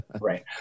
Right